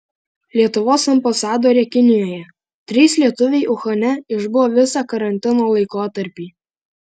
lietuvos ambasadorė kinijoje trys lietuviai uhane išbuvo visą karantino laikotarpį